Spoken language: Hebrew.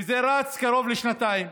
וזה רץ קרוב לשנתיים.